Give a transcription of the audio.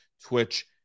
twitch